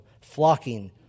flocking